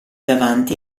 davanti